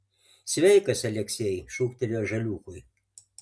sveikas aleksej šūktelėjo žaliūkui